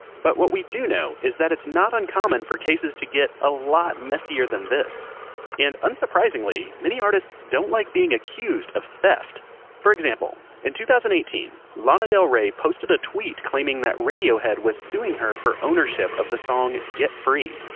but what we do know that it's not uncommon for cases to get a lot messier than this and unsurprisingly, many artists don't like being accused of theft for example, in two thousand and eighteen lana del rey posted a tweet claiming that radiohead was suing her for ownership of the song get free,